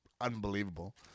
unbelievable